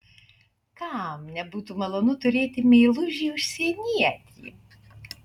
kam nebūtų malonu turėti meilužį užsienietį